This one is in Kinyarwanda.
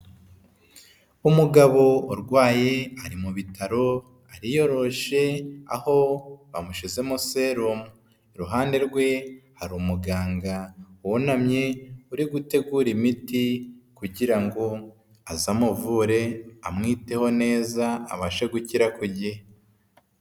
Umugabo urwaye ari mu bitaro, ariyoroshe, aho bamushyizemo serumu, ihande rwe hari umuganga wunamye, uri gutegura imiti kugira ngo azamuvure amwiteho neza abashe gukira ku gihe.